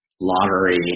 lottery –